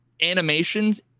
animations